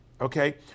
okay